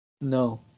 No